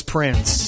Prince